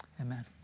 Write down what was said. amen